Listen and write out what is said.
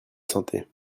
santé